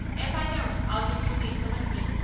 if i don't, i'll give you leave to lick me.